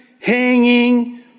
hanging